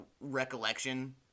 recollection